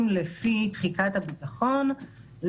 באיו"ש.